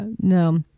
no